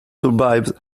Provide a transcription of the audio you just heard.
survived